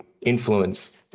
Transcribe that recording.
influence